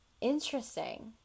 interesting